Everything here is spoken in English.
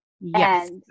Yes